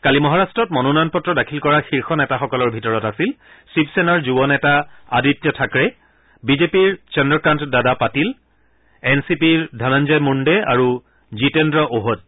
কালি মহাৰট্টত মনোনয়ন পত্ৰ দাখিল কৰা শীৰ্ষ নেতাসকলৰ ভিতৰত আছিল শিৱসেনাৰ যুৱ নেতা আদিত্য থাকৰে বিজেপিৰ চন্দ্ৰকান্ত দাদা পাটিল এন চি পিৰ ধনঞ্জয় মুণ্ডে আৰু জিতেন্দ্ৰ অ'হদ